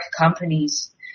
companies